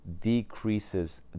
decreases